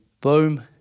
boom